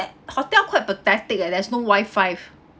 hotel quite pathetic eh there's no wifi